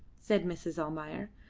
said mrs. almayer.